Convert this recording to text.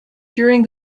during